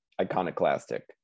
iconoclastic